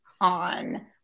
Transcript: on